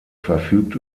verfügt